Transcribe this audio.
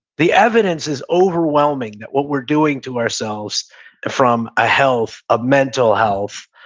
the evidence is overwhelming that what we're doing to ourselves from a health, a mental health,